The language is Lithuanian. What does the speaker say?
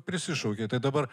prisišaukei tai dabar